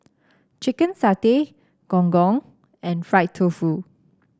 Chicken Satay Gong Gong and Fried Tofu